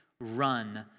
run